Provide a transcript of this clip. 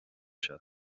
seo